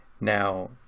Now